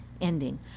ending